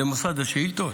למוסד השאילתות?